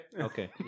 okay